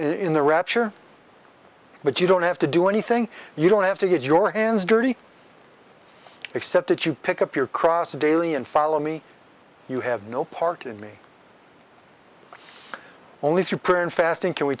in the rapture but you don't have to do anything you don't have to get your hands dirty except that you pick up your cross daily and follow me you have no part in me only through prayer and fasting can we